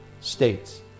states